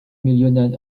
millionen